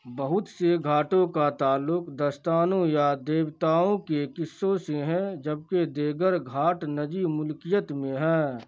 بہت سے گھاٹوں کا تعلق داستانوں یا دیوتاؤں کے قصوں سے ہیں جبکہ دیگر گھاٹ نجی ملکیت میں ہیں